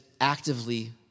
actively